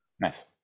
Nice